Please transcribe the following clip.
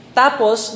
tapos